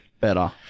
Better